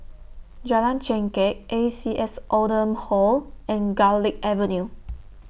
Jalan Chengkek A C S Oldham Hall and Garlick Avenue